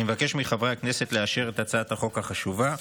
אני מבקש מחברי הכנסת לאשר את הצעת החוק החשובה.